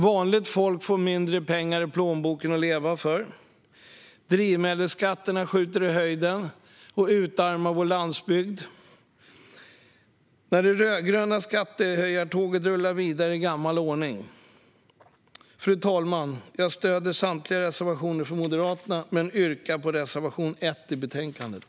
Vanligt folk får mindre pengar i plånboken att leva på, och drivmedelsskatterna skjuter i höjden och utarmar vår landsbygd när det rödgröna skattehöjartåget rullar vidare i gammal ordning. Fru talman! Jag stöder samtliga reservationer från Moderaterna men yrkar bifall bara till reservation 1 i betänkandet.